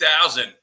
2000